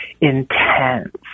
intense